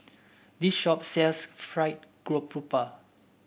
this shop sells Fried Garoupa